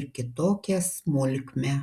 ir kitokią smulkmę